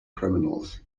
criminals